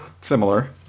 similar